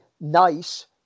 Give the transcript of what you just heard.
nice